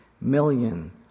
million